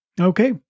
Okay